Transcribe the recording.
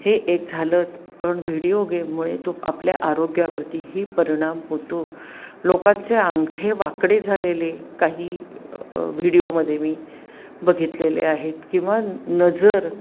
हे एक झालंच पण व्हिडिओ गेममुळे तो आपल्या आरोग्यावरतीही परिणाम होतो लोकांचे अंगठे वाकडे झालेले काही व्हिडिओमध्ये मी बघितले आहेत किंवा नजर